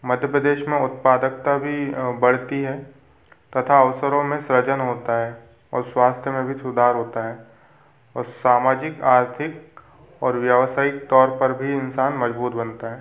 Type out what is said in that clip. मध्य प्रदेश में उत्पादकता भी बढ़ती है तथा अवसरों में सृजन होता है और स्वास्थ्य में भी सुधार होता है और सामाजिक आर्थिक और व्यावसायिक तौर पर भी इंसान मजबूत बनता है